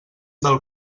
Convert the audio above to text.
del